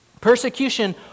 persecution